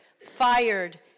fired